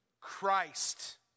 Christ